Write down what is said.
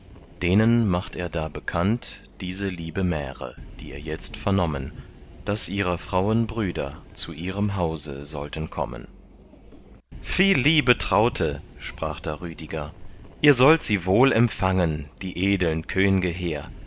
denen macht er da bekannt diese liebe märe die er jetzt vernommen daß ihrer frauen brüder zu ihrem hause sollten kommen viel liebe traute sprach da rüdiger ihr sollt sie wohl empfangen die edeln könge hehr